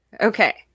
Okay